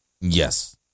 Yes